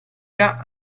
già